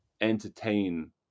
entertain